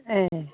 ए